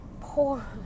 poor